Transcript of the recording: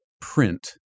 print